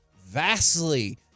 vastly